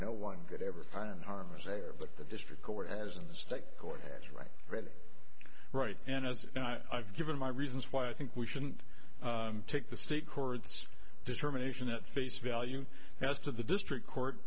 no one could ever find harmer's there but the district court as in the state court had to write it right and as i've given my reasons why i think we shouldn't take the state courts determination at face value as to the district court